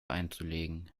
einzulegen